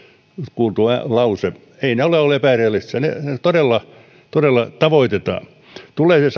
kuultu lause eivät ne ole olleet epärealistisia ne todella todella tavoitetaan tulee se